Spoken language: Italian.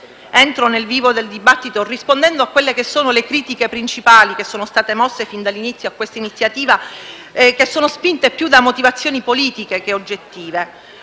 Entro nel vivo del dibattito rispondendo alle critiche principali che sono state mosse fin dall'inizio a questa iniziativa e che sono spinte più da motivazioni politiche che da ragioni